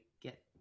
get